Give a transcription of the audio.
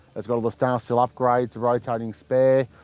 its got all the stainless steel upgrades, rotating spare,